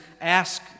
ask